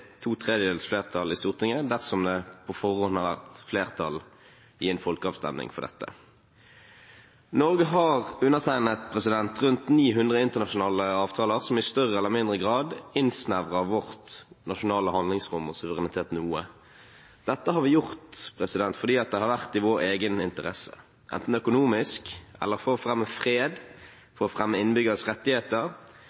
to tredjedels flertall i Stortinget dersom det på forhånd har vært flertall i en folkeavstemning. Norge har undertegnet rundt 900 internasjonale avtaler som i større eller mindre grad innsnevrer vårt nasjonale handlingsrom og vår suverenitet noe. Dette har vi gjort fordi det har vært i vår egen interesse, enten økonomisk eller for å fremme fred,